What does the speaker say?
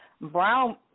brown